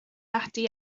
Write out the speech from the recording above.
ati